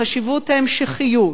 בחשיבות ההמשכיות,